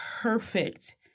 perfect